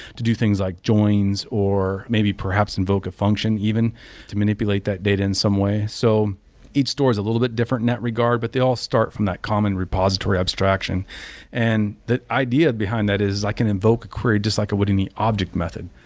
to do things like joins or maybe perhaps invoke a function even to manipulate that data in some way. so each store is a little bit different in that regard, but they all start from that common repository abstraction and the idea behind that is i can invoke a query just like i would any object method.